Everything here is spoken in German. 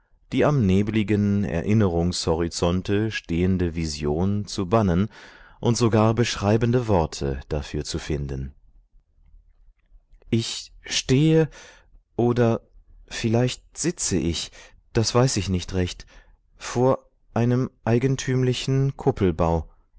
die am nebligen erinnerungshorizonte stehende vision zu bannen und sogar beschreibende worte dafür zu finden ich stehe oder vielleicht sitze ich das weiß ich nicht recht vor einem eigentümlichen kuppelbau